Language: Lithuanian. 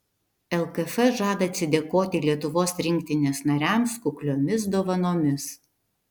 lkf žada atsidėkoti lietuvos rinktinės nariams kukliomis dovanomis